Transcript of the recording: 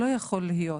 לא יכול להיות,